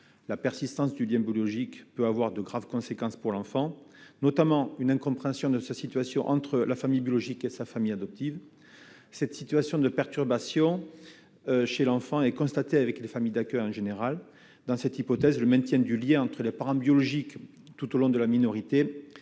la persistance du lien biologique peut avoir de graves conséquences pour l'enfant, notamment une incompréhension de sa situation entre la famille biologique et sa famille adoptive cette situation de perturbations chez l'enfant et constaté avec des familles d'accueil, en général, dans cette hypothèse, le maintien du lien entre les parents biologiques, tout au long de la minorité